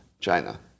China